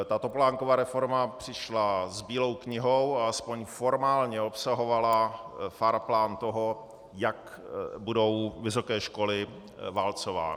Topolánkova reforma přišla s bílou knihou a aspoň formálně obsahovala fahrplan toho, jak budou vysoké školy válcovány.